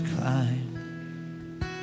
climb